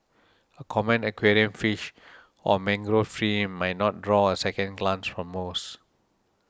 a common aquarium fish or mangrove tree might not draw a second glance from most